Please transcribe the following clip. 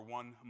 one